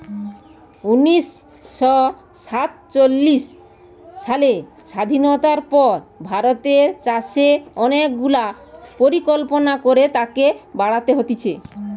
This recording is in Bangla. উনিশ শ সাতচল্লিশ সালের স্বাধীনতার পর ভারতের চাষে অনেক গুলা পরিকল্পনা করে তাকে বাড়ান হতিছে